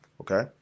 okay